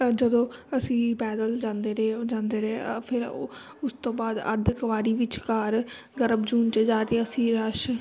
ਜਦੋਂ ਅਸੀਂ ਪੈਦਲ ਜਾਂਦੇ ਰਹੇ ਉਹ ਜਾਂਦੇ ਰਹੇ ਫਿਰ ਉਹ ਉਸ ਤੋਂ ਬਾਅਦ ਅੱਧ ਕਵਾਰੀ ਵਿਚਕਾਰ ਗਰਭ ਜੂਨ 'ਤੇ ਜਾ ਕੇ ਅਸੀਂ ਰਸ਼